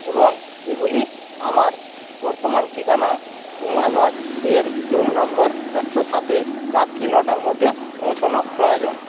এবং এগুলি আমার বর্তমান ঠিকানা উমা লজ এর রুম নম্বর একশো সাতে রাত্রি নটার মধ্যে পৌঁছনো প্রয়োজন